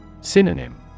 Synonym